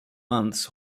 months